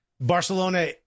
Barcelona